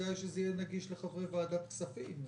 כדאי שזה יהיה נגיש גם לחברי ועדת הכספים.